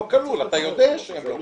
אתה יודע שלא.